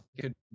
good